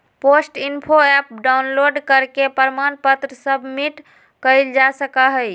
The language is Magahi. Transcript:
पोस्ट इन्फो ऍप डाउनलोड करके प्रमाण पत्र सबमिट कइल जा सका हई